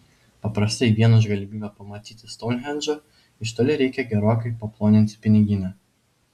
paprastai vien už galimybę pamatyti stounhendžą iš toli reikia gerokai paploninti piniginę